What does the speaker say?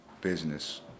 business